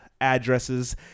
addresses